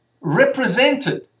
represented